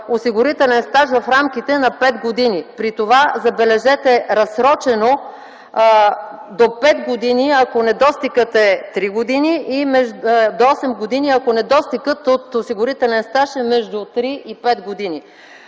осигурителен стаж в рамките на пет години. При това, забележете, разсрочено до пет години, ако недостигът е три години и до осем години, ако недостигът от осигурителен стаж е между три и пет години.